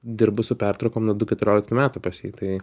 dirbu su pertraukom nuo du keturioliktų metų pas jį tai